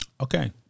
Okay